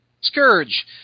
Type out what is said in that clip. Scourge